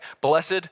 Blessed